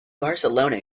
barcelona